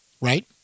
right